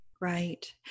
Right